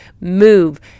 Move